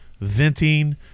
venting